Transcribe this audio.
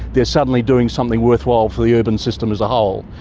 they're suddenly doing something worthwhile for the urban system as a whole.